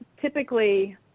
typically